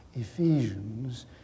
Ephesians